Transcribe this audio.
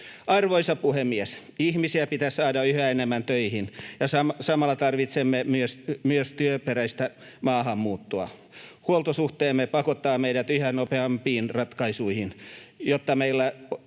Arvoisa puhemies! Ihmisiä pitää saada yhä enemmän töihin, ja samalla tarvitsemme myös työperäistä maahanmuuttoa. Huoltosuhteemme pakottaa meidät yhä nopeampiin ratkaisuihin, jotta meillä